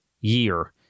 year